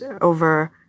over